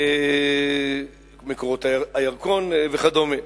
מקורות הירקון וכדומה.